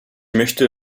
möchte